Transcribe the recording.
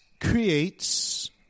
creates